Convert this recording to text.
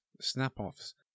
snap-offs